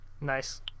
nice